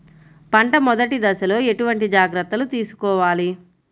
పంట మెదటి దశలో ఎటువంటి జాగ్రత్తలు తీసుకోవాలి?